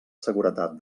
seguretat